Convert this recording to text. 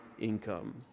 income